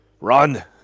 run